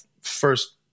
first